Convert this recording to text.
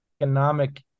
economic